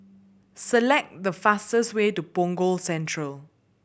select the fastest way to Punggol Central